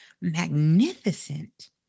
magnificent